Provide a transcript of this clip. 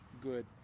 good